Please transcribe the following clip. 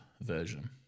version